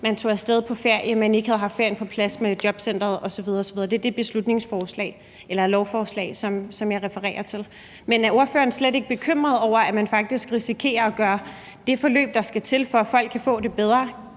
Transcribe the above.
man tager af sted på ferie, men ikke har haft ferien på plads med jobcenteret osv. Det er det forslag, jeg refererer til. Men er ordføreren slet ikke bekymret over, at man faktisk risikerer at sætte det forløb, der skal til, for at folk kan få det bedre,